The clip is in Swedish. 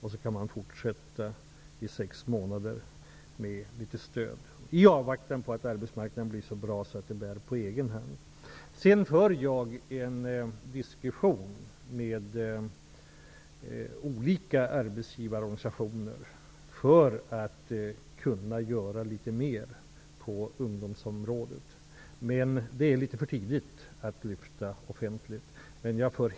Då går det att fortsätta ytterligare sex månader med hjälp av litet stöd -- i avvaktan på att arbetsmarknaden blir så bra att det bär på egen hand. Jag för en diskussion med olika arbetsgivarorganisationer för att kunna göra litet mer på ungdomsområdet. Men det är litet för tidigt att lyfta fram diskussionen offentligt.